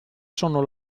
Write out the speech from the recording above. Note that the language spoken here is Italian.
sono